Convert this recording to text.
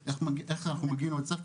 קשה,